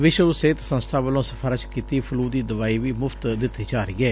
ਵਿਸ਼ਵ ਸਿਹਤ ਸੰਸਬਾ ਵੱਲੋਂ ਸਿਫਾਰਸ਼ ਕੀਤੀ ਫਲੁ ਦੀ ਦਵਾਈ ਵੀ ਮੁਫ਼ਤ ਦਿੱਤੀ ਜਾ ਰਹੀ ਏ